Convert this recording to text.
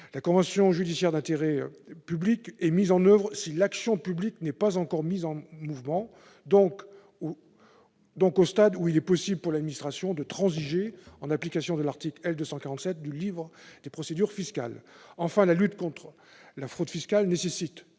La convention judiciaire d'intérêt public est mise en oeuvre si l'action publique n'est pas encore engagée, donc au stade où il est possible pour l'administration de transiger, en application de l'article L.247 du livre des procédures fiscales. Enfin, la lutte contre la fraude fiscale nécessite